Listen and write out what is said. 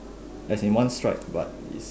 as in one stripe but is